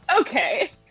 Okay